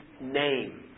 name